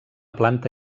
planta